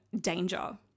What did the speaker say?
danger